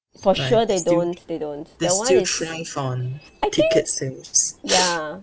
for sure they don't they don't that one is I think ya